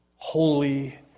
holy